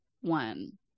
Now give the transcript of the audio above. one